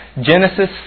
Genesis